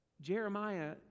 Jeremiah